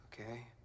Okay